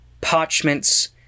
parchments